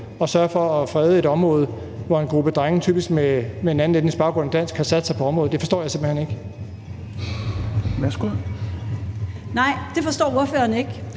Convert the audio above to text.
at sørge for at frede et område, hvor en gruppe drenge, typisk med en anden etnisk baggrund end dansk, har sat sig på området. Det forstår jeg simpelt hen ikke. Kl. 15:59 Tredje